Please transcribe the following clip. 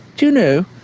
do you know,